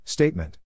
Statement